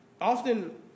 often